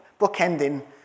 bookending